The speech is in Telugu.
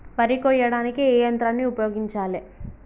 వరి కొయ్యడానికి ఏ యంత్రాన్ని ఉపయోగించాలే?